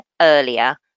earlier